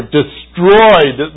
destroyed